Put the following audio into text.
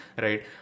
right